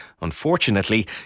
Unfortunately